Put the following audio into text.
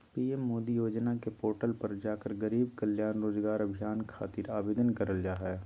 PM Modi योजना के portal पर जाकर गरीब कल्याण रोजगार अभियान खातिर आवेदन करल जा हय